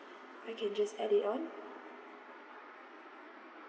I can just add in on